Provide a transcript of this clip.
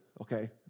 okay